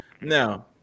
Now